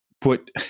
put